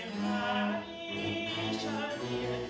yeah yeah